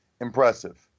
impressive